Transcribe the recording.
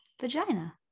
vagina